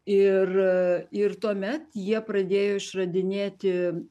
ir ir tuomet jie pradėjo išradinėti